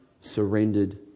surrendered